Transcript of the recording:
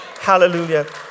hallelujah